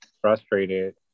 frustrated